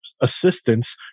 Assistance